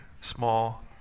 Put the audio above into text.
small